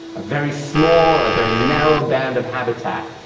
a very small, a very narrow band of habitat,